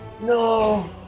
No